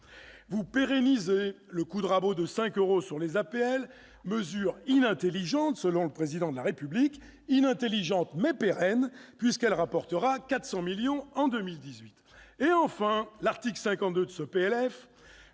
Vous pérennisez le coup de rabot de 5 euros sur les APL, mesure inintelligente, selon le Président de la République, mais pérenne, puisqu'elle rapportera 400 millions d'euros en 2018. Enfin, l'article 52 de ce PLF